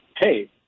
hey